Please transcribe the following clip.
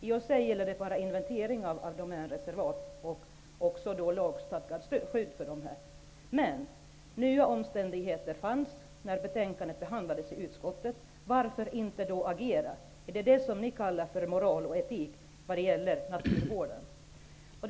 I och för sig gäller det bara inventering av Domänreservat och lagstadgat skydd för dem, men nya omständigheter hade tillkommit när betänkandet behandlades i utskottet. Varför då inte agera? Är det vad ni kallar för moral och etik när det gäller naturvården?